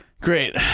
Great